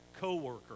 co-worker